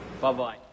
Bye-bye